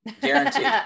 Guaranteed